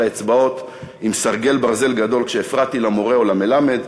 האצבעות עם סרגל ברזל גדול כשהפרעתי למורה או למלמד.